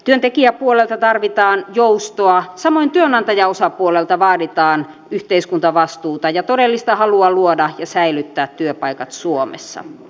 työntekijäpuolelta tarvitaan joustoa samoin työnantajaosapuolelta vaaditaan yhteiskuntavastuuta ja todellista halua luoda ja säilyttää työpaikat suomessa